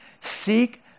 Seek